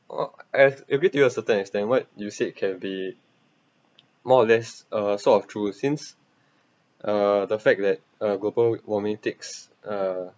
or as you get to a certain extent what you said can be more or less uh sort of true since uh the fact that uh global warming takes uh